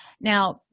Now